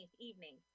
evening